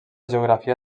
geografia